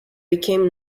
became